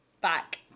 back